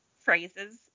phrases